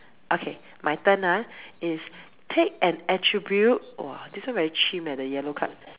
okay my turn ah is take an attribute !woah! this one very chim leh the yellow card